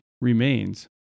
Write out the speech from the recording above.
remains